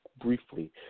Briefly